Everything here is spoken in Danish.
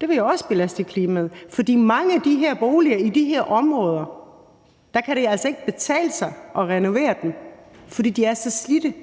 Det vil jo også belaste klimaet at renovere, og mange af de her boliger i de her områder kan det altså ikke betale sig at renovere, fordi de er så slidte.